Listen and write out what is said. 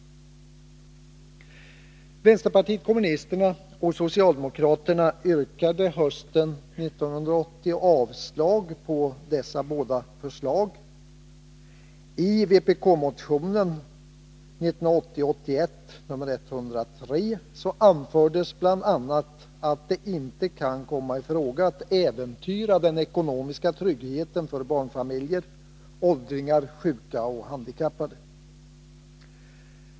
Vänsterpartiet kommunisterna och socialdemokraterna yrkade hösten 1980 avslag på dessa båda förslag. I vpk-motionen 1980/81:103 anfördes bl.a. att det inte kan komma i fråga att äventyra den ekonomiska tryggheten för barnfamiljer, åldringar, sjuka och handikappade.